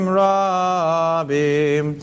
rabim